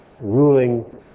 ruling